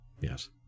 Yes